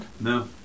No